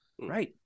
Right